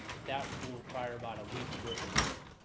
that will require about a week's worth of work.